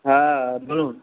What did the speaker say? হ্যাঁ বলুন